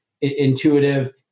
intuitive